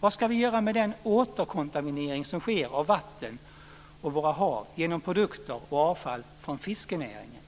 Vad ska vi göra med den återkontaminering som sker av vatten och våra hav genom produkter och avfall från fiskenäringen?